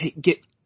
get